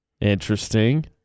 Interesting